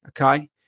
Okay